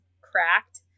cracked